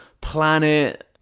planet